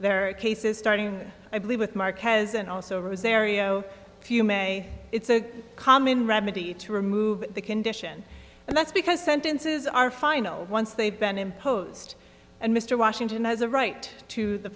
there are cases starting i believe with mark has and also has a few may it's a common remedy to remove the condition and that's because sentences are final once they've been imposed and mr washington has a right to the